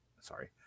sorry